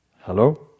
hello